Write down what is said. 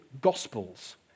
Gospels